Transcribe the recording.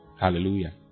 hallelujah